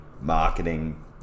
marketing